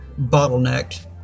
bottlenecked